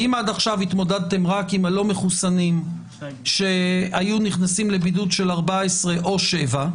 אם עד עכשיו התמודדתם רק עם הלא מחוסנים שהיו נכנסים לבידוד של 14 או 7,